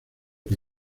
que